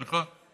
סליחה,